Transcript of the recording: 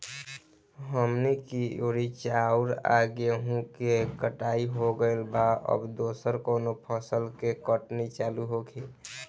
हमनी कियोर चाउर आ गेहूँ के कटाई हो गइल बा अब दोसर कउनो फसल के कटनी चालू होखि